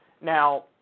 Now